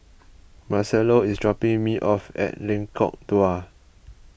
Marcello is dropping me off at Lengkok Dua